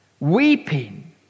Weeping